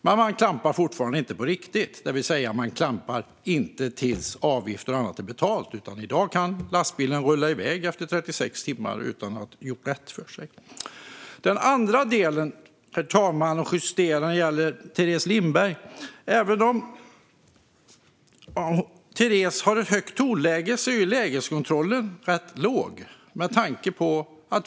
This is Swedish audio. Men klampningen sker fortfarande inte på riktigt, det vill säga tills avgifter och annat är betalda. I dag kan lastbilen rulla iväg efter 36 timmar utan att man gjort rätt för sig. Den andra del jag vill justera, herr talman, gäller Teres Lindbergs lägeskontroll. Även om hon har ett högt tonläge är den rätt låg.